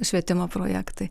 švietimo projektai